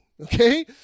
Okay